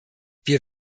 wir